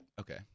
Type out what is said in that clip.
Okay